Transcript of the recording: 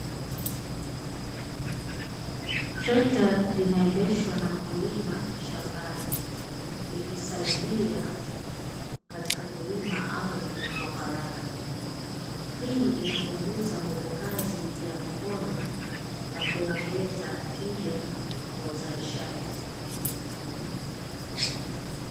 Trekta linaendeshwa na mkulima shambani, likisaidia katika kulima ardhi kwa haraka. Hii inapunguza nguvu kazi ya mikono na kuongeza tija ya uzalishaji.